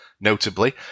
Notably